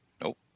Nope